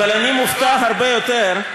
אבל אני מופתע הרבה יותר,